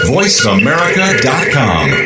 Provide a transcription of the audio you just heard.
VoiceAmerica.com